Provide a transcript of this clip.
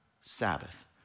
Sabbath